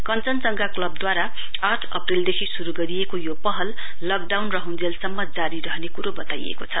कंचनजंघा क्लवद्वारा आठ अप्रेलदेखि शुरु गरिएको यो पहल लकडाउन रहुञ्जेलसम्म जारी रहने कुरो वताइएको छ